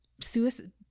suicide